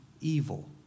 evil